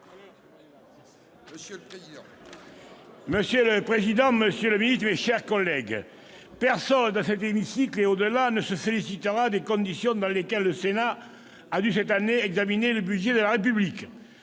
Monsieur le président, monsieur le ministre, mes chers collègues, personne, dans cet hémicycle et au-delà, ne se félicitera des conditions dans lesquelles le Sénat a dû cette année examiner le budget de la République.